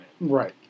Right